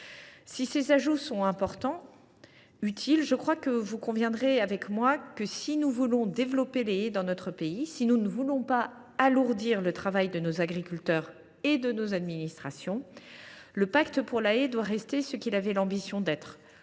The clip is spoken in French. Si ces ajouts sont importants et utiles, vous conviendrez sans doute avec moi que, si nous voulons développer les haies dans notre pays sans alourdir le travail de nos agriculteurs et de nos administrations, le pacte pour la haie doit rester ce qu’il avait l’ambition d’être